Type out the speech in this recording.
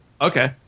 Okay